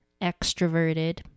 extroverted